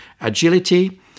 agility